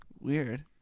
Weird